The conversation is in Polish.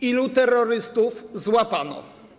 Ilu terrorystów złapano?